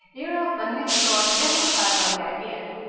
whereupon miss thorne amplified on the idea.